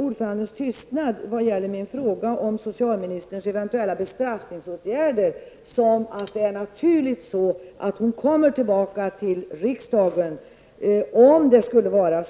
Ordförandens tystnad på min fråga beträffande socialministerns eventuella bestraffningsåtgärder tolkar jag som att hon om något skulle behöva